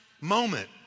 moment